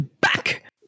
back